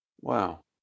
Wow